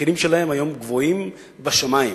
המחירים שלהן היום גבוהים, בשמים.